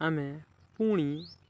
ଆମେ ପୁଣି